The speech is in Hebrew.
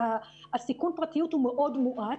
סיכון הפרטיות הוא מאוד מועט,